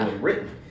written